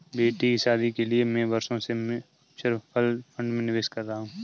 बेटी की शादी के लिए मैं बरसों से म्यूचुअल फंड में निवेश कर रहा हूं